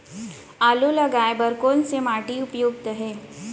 आलू लगाय बर कोन से माटी उपयुक्त हे?